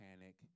panic